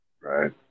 Right